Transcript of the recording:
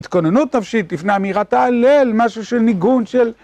התכוננות נפשית, לפני אמירת ההלל, משהו של ניגון של...